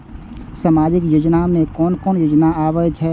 सामाजिक योजना में कोन कोन योजना आबै छै?